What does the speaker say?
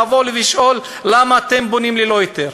תבואו ותשאלו: למה אתם בונים ללא היתר.